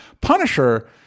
punisher